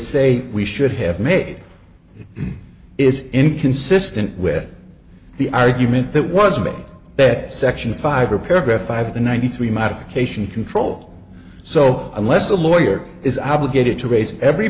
say we should have made is inconsistent with the argument that was about that section five or paragraph five of the ninety three modification control so unless a lawyer is obligated to raise every